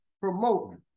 promoting